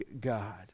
God